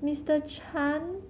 Mister Chan